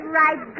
right